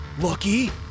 Lucky